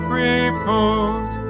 repose